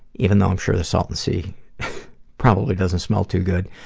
even though i'm sure the saltan sea probably doesn't smell too good.